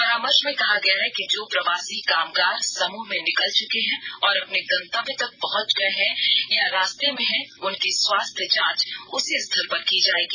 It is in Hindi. परामर्श में कहा गया है कि जो प्रवासी कामगार समूह में निकल चुके हैं और अपने गंतव्य तक पहुंच गये हैं या रास्ते में हैं उनकी स्वास्थ्य जांच उसी स्थल पर की जायेगी